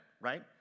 right